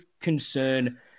concern